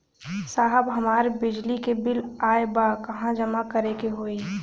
साहब हमार बिजली क बिल ऑयल बा कहाँ जमा करेके होइ?